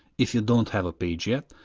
if you don't have a page yet,